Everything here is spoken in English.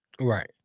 Right